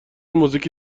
موزیکی